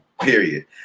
period